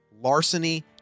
larceny